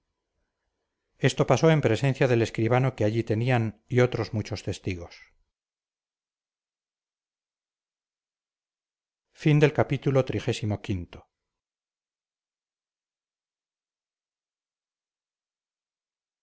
esto pasó en presencia del escribano que allí tenían y otros muchos testigos